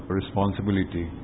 responsibility